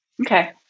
Okay